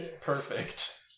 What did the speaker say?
perfect